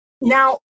Now